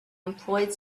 employed